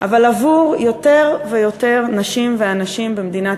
אבל עבור יותר ויותר נשים ואנשים במדינת